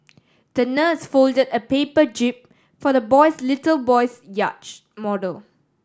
the nurse folded a paper jib for the boys little boy's yacht model